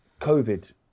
COVID